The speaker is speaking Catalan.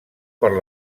per